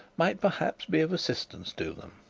might perhaps be of assistance to them.